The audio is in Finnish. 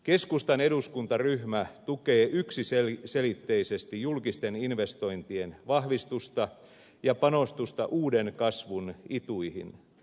keskustan eduskuntaryhmä tukee yksiselitteisesti julkisten investointien vahvistusta ja panostusta uuden kasvun ituihin